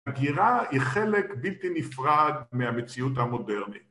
הגירה היא חלק בלתי נפרד מהמציאות המודרנית